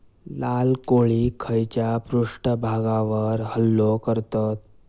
लाल कोळी खैच्या पृष्ठभागावर हल्लो करतत?